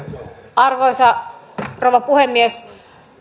arvoisa rouva puhemies